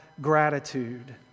gratitude